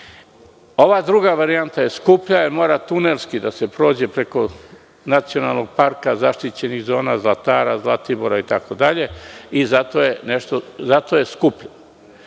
Ova druga varijanta je skuplja, jer mora tunelski da se prođe preko nacionalnog parka, zaštićenih zona, Zlatara, Zlatibora itd. i zato je skuplja.